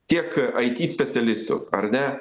tiek it specialistų ar ne